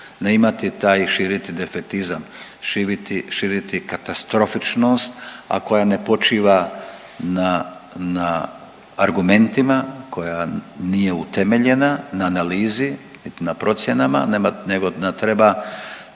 Ne imati taj, širiti defetizam, širiti katastrofičnost, a koja ne počiva na argumentima koja nije utemeljena na analizi, na procjenama, nego nam